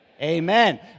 Amen